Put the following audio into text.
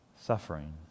Suffering